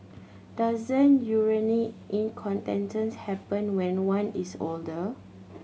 doesn't urinary incontinence happen when one is older